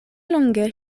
longe